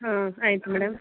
ಹಾಂ ಆಯ್ತು ಮೇಡಮ್